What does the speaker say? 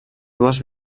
dues